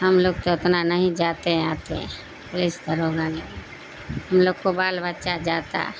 ہم لوگ تو اتنا نہیں جاتے آتے ہم لوگ کو بال بچہ جاتا